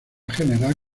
general